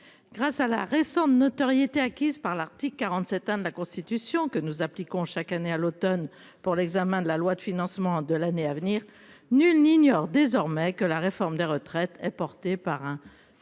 Grâce à la récente notoriété acquise par l'article 47 1 de la Constitution que nous appliquons chaque année à l'Automne pour l'examen de la loi de financement de l'année à venir. Nul n'ignore désormais que la réforme des retraites est porté par un